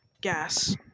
gas